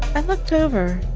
i looked over,